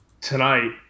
tonight